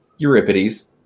Euripides